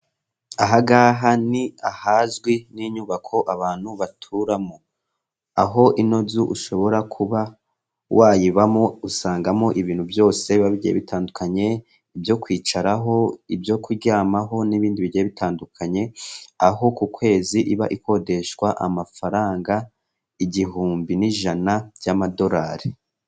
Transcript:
Aha ngaha ni ahazwi nk'inyubako abantu baturamo, aho ino nzu ushobora kuba wayibamo, usangamo ibintu byose bitandukanye, ibyo kwicaraho, ibyo kuryamaho, n'ibindi bigiye bitandukanye, aho ku kwezi iba ikodeshwa amafaranga igihumbi n'ijana by'amadolari.